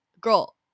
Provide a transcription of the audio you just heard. girl